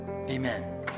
amen